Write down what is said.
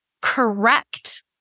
correct